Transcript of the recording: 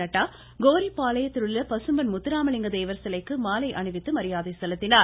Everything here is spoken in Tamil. நட்டா கோரிப்பாளையத்திலுள்ள வந்துள்ள பசும்பொன் முத்துராமலிங்க தேவர் சிலைக்கு மாலை அணிவித்து மரியாதை செலுத்தினார்